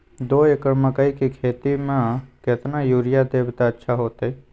दो एकड़ मकई के खेती म केतना यूरिया देब त अच्छा होतई?